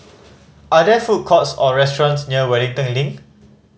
are there food courts or restaurants near Wellington Link